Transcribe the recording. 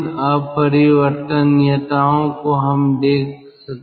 जिन अपरिवर्तनीयताओं को हम दिखा सकते हैं